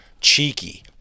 cheeky